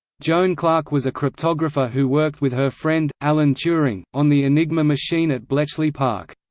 joan clarke was a cryptographer who worked with her friend, alan turing, on the enigma machine at bletchley park.